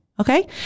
Okay